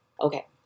Okay